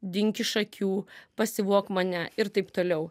dink iš akių pasivok mane ir taip toliau